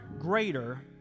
greater